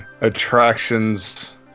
attractions